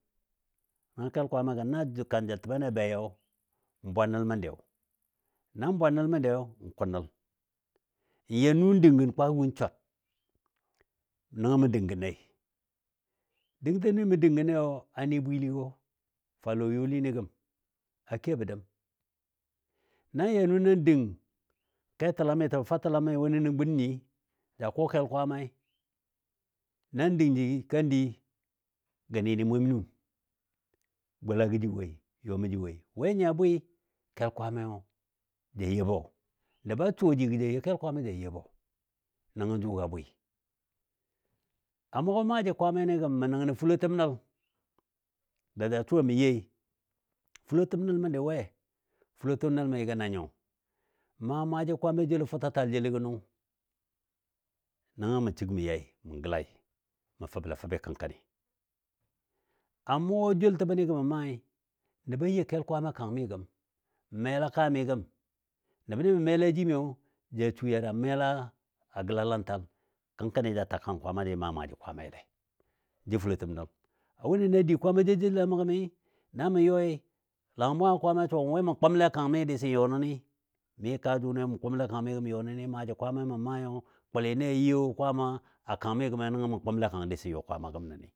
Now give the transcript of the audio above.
nəngɔ kel Kwaamai gɔ na jə kanjəltəbnɨ a beyo, n bwa nəl məndiyo. Na bwa nəl məndiyo, n kʊ nəl n ya nu dəng gən kwaagɔ win swar, nəngɔ mə dəngənei, dəngtəm ni mə dəngən nei a ni bwiligɔ fa lɔ youli ni gəm a kebɔ dəm, na ya nu nan dəng katəlami təbɔ fatəlam mi wʊni nən gun nyi ja kɔ kel Kwaammai nan dəng ji kandi gə nɨɨ nɨɨ mwe nuum a golagɔ jə woi, yɔmɔ jə woi. We nyi a bwɨɨ kel Kwaammai jə you bɔ. Nəbɔ a suwaji gɔ ja you kel kwaammai ja yɔ bɔ. Nəngɔ jʊgɔ a bwɨɨ. A mʊgɔ maaji Kwaammai ni gəm mə nəngən nə fulotəm nəl, da ja suwa mə youi. Fulotəm nəl məndɨ we, fulotəm nəl mi gənanyo maa maaji Kwaammai joulo futətaal jeligɔ nʊ nəngɔ mə səggi mə yai mə gəlai, mə fəble fəbi kənkɔni. A mʊgɔ joultəbni gəm mə maai nəbɔ you kel Kwaammai a kang mi gəm. N mela kaami gəm nəbnɨ mə mela jimi jə su ya ja mela a gəlalantal. Kənkɔni ja ta kan Kwaamai jə maa maaji Kwaamaile n jə fulotəm nəl. Wʊni na dii Kwaama jou jəlle mə gəmi na mə yɔi, langən bwangən Kwaamai a suwagɔ we mə kʊmle kang mi dɨsən yɔ nəni. Mi kaa jʊni ya mə kʊmle kang mi gəm yɔ nəni maaji Kwaamai mə maayo kʊli ni a you Kwaama a kang mi gəmi nəngo mə kʊmle kang dɨsən yɔ Kwaama gəm nəni